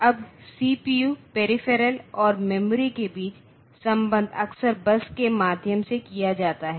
अब CPU peripheral और memory के बीच संबंध अक्सर बस के माध्यम से किया जाता है